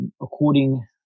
according